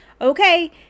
Okay